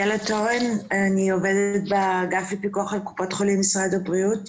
אני עובדת באגף לפיקוח על קופות החולים במשרד הבריאות.